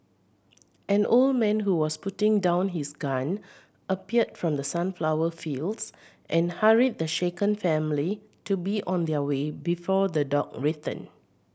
an old man who was putting down his gun appeared from the sunflower fields and hurried the shaken family to be on their way before the dog return